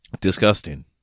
Disgusting